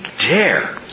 dare